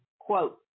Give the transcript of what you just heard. Quote